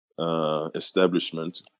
establishment